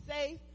safe